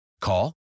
Call